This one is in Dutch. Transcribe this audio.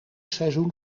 seizoen